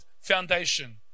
foundation